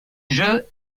jeu